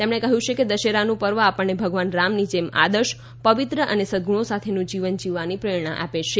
તેમણે કહ્યું છે કે દશેરાનું પર્વ આપણને ભગવાન રામની જેમ આદર્શ પવિત્ર અને સદગુણો સાથેનું જીવન જીવવાની પ્રેરણા આપે છે